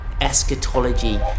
eschatology